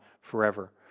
forever